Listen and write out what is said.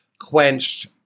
quenched